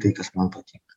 tai kas man patinka